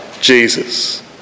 Jesus